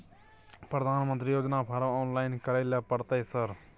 प्रधानमंत्री योजना form online करैले परतै सर?